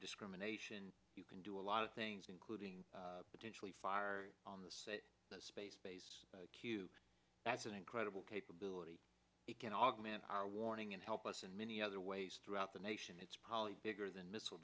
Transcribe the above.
discrimination you can do a lot of things including potentially fire on the space base q that's an incredible capability it can augment our warning and help us in many other ways throughout the nation it's probably bigger than missile